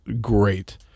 great